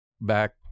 back